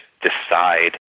decide